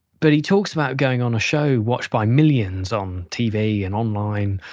but he talks about going on a show watched by millions on tv, and online,